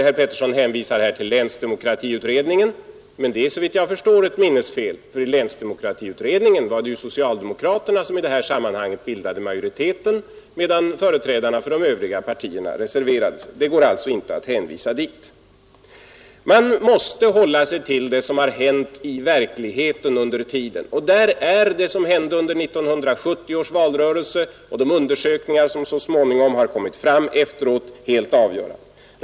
Herr Pettersson hänvisar här till länsdemokratiutredningen, men det är såvitt jag förstår ett minnesfel, för i länsdemokratiutredningen var det socialdemokraterna som i det här sammanhanget bildade majoriteten, medan företrädarna för de övriga partierna reserverade sig. Det går alltså inte att hänvisa dit. Man måste hålla sig till det som har hänt i verkligheten, och där är det som hände under 1970 års valrörelse och de undersökningar som så småningom har kommit fram efteråt helt avgörande.